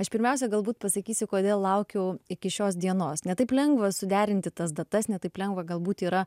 aš pirmiausia galbūt pasakysiu kodėl laukiau iki šios dienos ne taip lengva suderinti tas datas ne taip lengva galbūt yra